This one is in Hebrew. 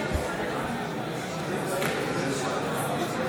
חברי הכנסת,